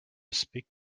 speak